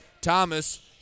Thomas